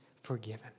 forgiven